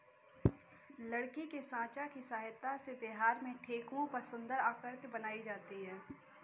लकड़ी के साँचा की सहायता से बिहार में ठेकुआ पर सुन्दर आकृति बनाई जाती है